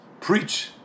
preach